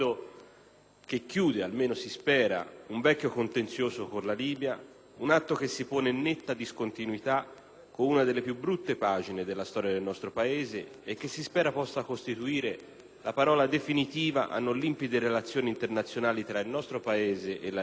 che chiude - almeno si spera - un vecchio contenzioso con la Libia; un atto che si pone in netta discontinuità con una delle più brutte pagine della storia del nostro Paese e che si spera possa costituire la parola definitiva a non limpide relazioni internazionali tra il nostro Paese e la Libia,